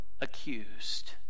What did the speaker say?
accused